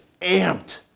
amped